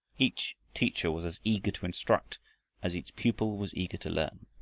each teacher was as eager to instruct as each pupil was eager to learn.